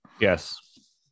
Yes